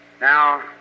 Now